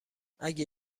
اگه